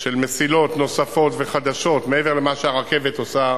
של מסילות נוספות וחדשות, מעבר למה שהרכבת עושה,